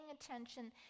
attention